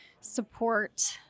support